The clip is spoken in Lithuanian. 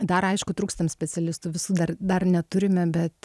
dar aišku trūkstam specialistų visų dar dar neturime bet